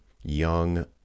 young